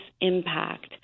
impact